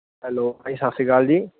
hello ਹਾਂਜੀ ਸਤਿ ਸ਼੍ਰੀ ਅਕਾਲ ਜੀ